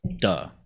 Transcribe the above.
duh